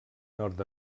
nord